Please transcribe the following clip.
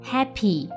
Happy